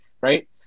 right